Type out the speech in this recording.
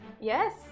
Yes